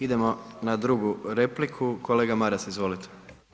Idemo na drugu repliku, kolega Maras izvolite.